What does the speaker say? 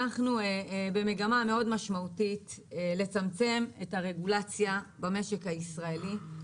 אנחנו במגמה מאוד משמעותית של צמצום הרגולציה במשק הישראלי.